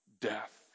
death